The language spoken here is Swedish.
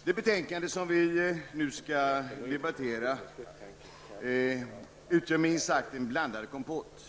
Herr talman! Det betänkande som vi nu debatterar utgör minst sagt blandad kompott.